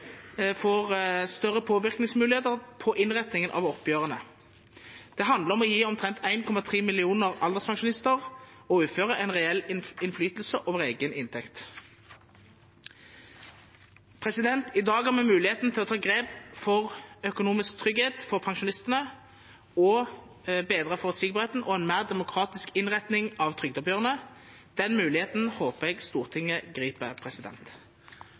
får større påvirkningsmuligheter på innretningen av oppgjørene. Det handler om å gi omtrent 1,3 millioner alderspensjonister og uføre en reell innflytelse over egen inntekt. I dag har vi muligheten til å ta grep for økonomisk trygghet for pensjonistene, å bedre forutsigbarheten, og en mer demokratisk innretning av trygdeoppgjørene. Den muligheten håper jeg Stortinget griper.